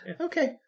Okay